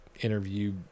interview